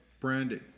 branding